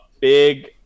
Big